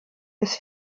bis